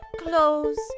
clothes